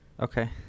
okay